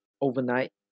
overnight